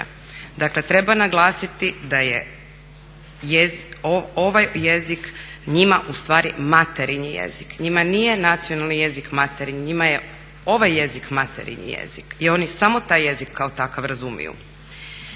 Dakle, treba naglasiti da je ovaj jezik njima ustvari materinji jezik. Njima nije nacionalni jezik materinji, njima je ovaj jezik materinji jezi k i oni samo taj jezik kao takav razumiju.